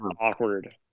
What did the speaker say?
awkward